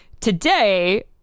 Today